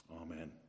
Amen